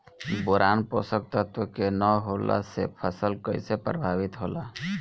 Boron पोषक तत्व के न होला से फसल कइसे प्रभावित होला?